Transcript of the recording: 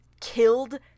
killed